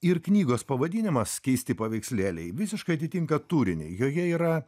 ir knygos pavadinimas keisti paveikslėliai visiškai atitinka turinį joje yra